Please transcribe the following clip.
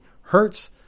hurts